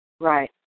Right